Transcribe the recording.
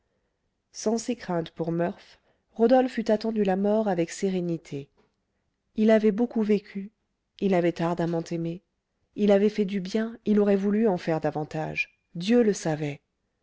sans ses craintes pour murph rodolphe eût attendu la mort avec sérénité il avait beaucoup vécu il avait ardemment aimé il avait fait du bien il aurait voulu en faire davantage dieu le savait